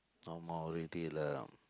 no more already lah